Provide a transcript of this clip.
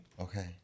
Okay